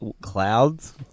clouds